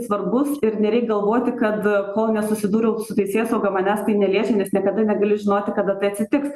svarbus ir nereik galvoti kad kol nesusidūriau su teisėsauga manęs tai neliečia nes niekada negali žinoti kada tai atsitiks